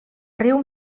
riu